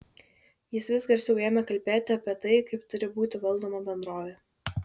jis vis garsiau ėmė kalbėti apie tai kaip turi būti valdoma bendrovė